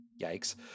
Yikes